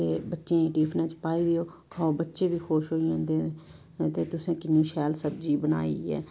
ते बच्चें गी टिफनै च पाई देओ खोओ बच्चे बी खुश होई जंदे ते तुसें किन्नी शैल सब्जी बनाई ऐ